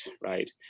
right